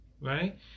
Right